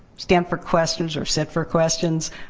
stand for questions or sit for questions,